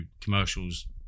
commercials